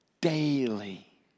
daily